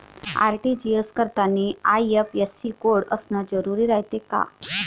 RTGS करतांनी IFSC code असन जरुरी रायते का?